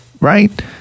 right